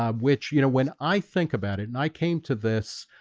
um which you know when i think about it and i came to this